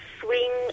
swing